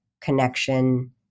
connection